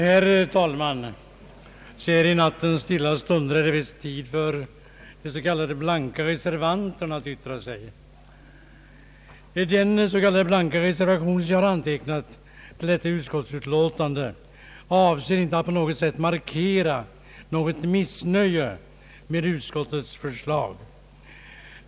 Herr talman! Så här i nattens stilla stunder är det visst tid för dem som står bakom de blanka reservationerna att yttra sig. Den blanka reservation jag har antecknat till detta utskottsutlåtande avser dock inte på något sätt att markera missnöje med utskottets förslag.